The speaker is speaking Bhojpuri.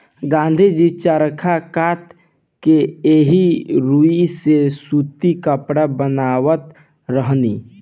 गाँधी जी चरखा कात के एही रुई से सूती कपड़ा बनावत रहनी